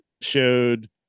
showed